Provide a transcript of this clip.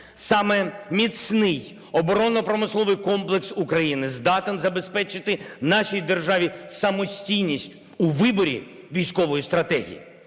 Саме міцний оборонно-промисловий комплекс України здатен забезпечити нашій державі самостійність у виборі військової стратегії.